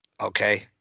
Okay